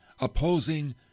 opposing